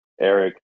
Eric